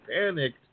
panicked